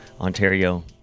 Ontario